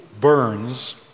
burns